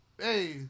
hey